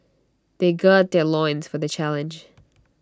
they gird their loins for the challenge